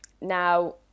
Now